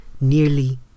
nearly